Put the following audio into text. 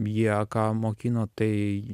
jie ką mokino tai